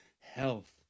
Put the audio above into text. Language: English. health